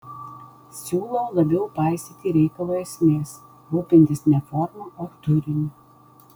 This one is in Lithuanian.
siūlau labiau paisyti reikalo esmės rūpintis ne forma o turiniu